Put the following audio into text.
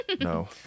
no